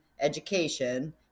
education